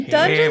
Dungeon